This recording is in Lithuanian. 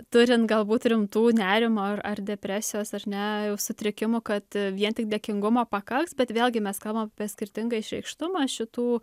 turint galbūt rimtų nerimo ar ar depresijos ar ne jau sutrikimų kad vien tik dėkingumo pakaks bet vėlgi mes kalbam apie skirtingą išreikštumą šitų